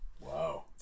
wow